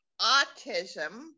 Autism